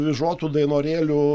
vyžotų dainorėlių